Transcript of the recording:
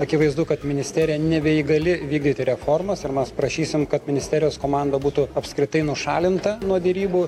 akivaizdu kad ministerija nebeįgali vykdyti reformas ir mes prašysim kad ministerijos komanda būtų apskritai nušalinta nuo derybų